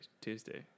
Tuesday